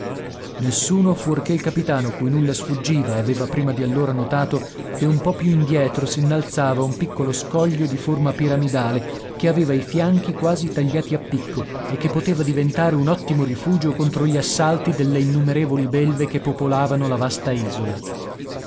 nessuno fuorché il capitano cui nulla sfuggiva aveva prima di allora notato che un po più indietro s'innalzava un piccolo scoglio di forma piramidale che aveva i fianchi quasi tagliati a picco e che poteva diventare un ottimo rifugio contro gli assalti delle innumerevoli belve che popolavano la vasta isola